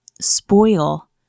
spoil